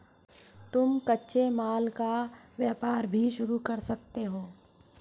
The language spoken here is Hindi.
तुम कच्चे माल का व्यापार भी शुरू कर सकते हो